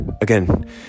again